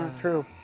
um true.